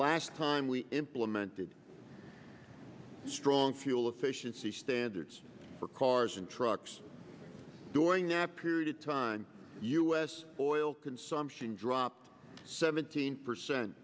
last time we implemented strong fuel efficiency standards for cars and trucks during that period of time u s oil consumption dropped seventeen percent